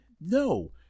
no